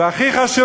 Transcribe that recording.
והכי חשוב,